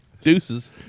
Deuces